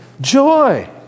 Joy